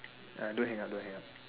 uh don't hang up don't hang up